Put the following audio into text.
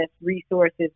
resources